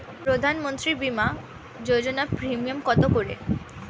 প্রধানমন্ত্রী বিমা যোজনা প্রিমিয়াম কত করে?